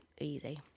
easy